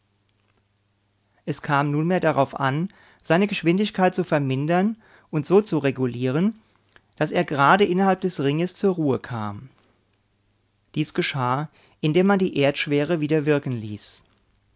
es kam nunmehr darauf an seine geschwindigkeit zu vermindern und so zu regulieren daß er gerade innerhalb des ringes zur ruhe kam dies geschah indem man die erdschwere wieder wirken ließ